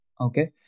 Okay